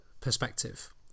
perspective